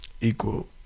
Equal